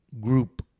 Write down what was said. group